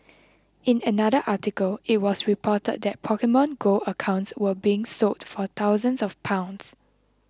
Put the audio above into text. in another article it was reported that Pokemon Go accounts were being sold for thousands of pounds